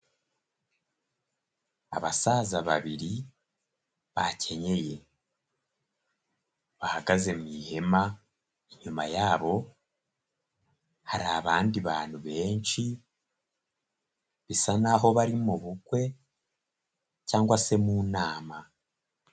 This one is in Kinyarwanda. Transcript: Abasaza babiri bakenyeye, bahagaze mu ihema inyuma yabo hari abandi bantu benshi, bisa naho bari mu bukwe cyangwa se mu nama.